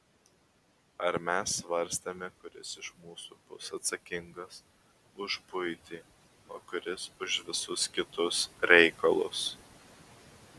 ar mes svarstėme kuris iš mūsų bus atsakingas už buitį o kuris už visus kitus reikalus